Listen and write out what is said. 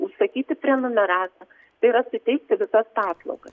užsakyti prenumeratą tai yra suteikti visas paslaugas